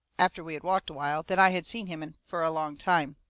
after we had walked a while, than i had seen him in fur a long time.